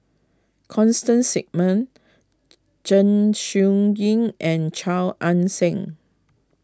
Constance Singam Zeng Shouyin and Chia Ann Siang